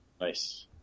Nice